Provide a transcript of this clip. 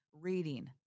reading